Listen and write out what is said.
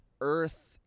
Earth